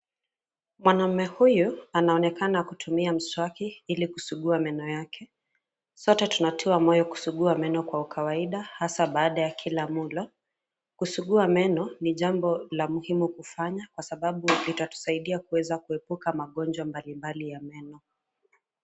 Mwanaume huyu anaonekana kutumia mswaki ili kusugua meno yake. Sote tunatoa moyo kusugua meno kwa kawaida hasa baada ya kila mlo. Kusugua meno ni jambo la muhimu kufanya kwa sababu litatusaidia kuweza kuepuka magonjwa mbalimbali ya meno.